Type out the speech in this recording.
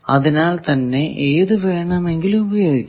അതിനാൽ തന്നെ ഏതു വേണമെങ്കിലും ഉപയോഗിക്കാം